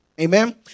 Amen